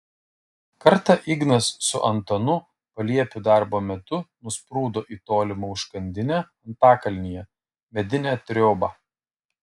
kartą ignas su antanu paliepiu darbo metu nusprūdo į tolimą užkandinę antakalnyje medinę triobą